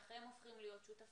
איך הם הופכים להיות שותפים,